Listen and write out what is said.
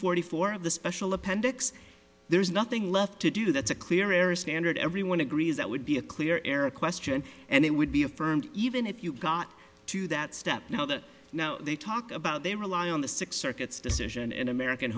forty four of the special appendix there's nothing left to do that's a clear air standard everyone agrees that would be a clear era question and it would be affirmed even if you got to that step know that now they talk about they rely on the six circuits decision in american